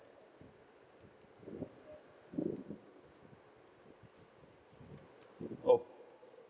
oh